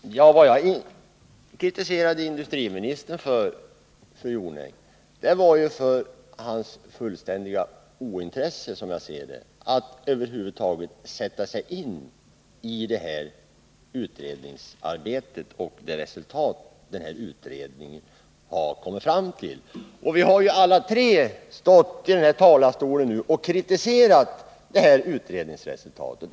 Herr talman! Vad jag kritiserade industriministern för, fru Jonäng, vur hans fullständiga ointresse att över huvud taget sätta sig in i utredningens arbete och det resultat som den kommit fram till. Vi har alla tre, Bertil Måbrink, Gunnel Jonäng och jag, från denna talarstol kritiserat utredningens resultat.